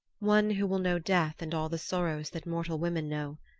one who will know death and all the sorrows that mortal women know.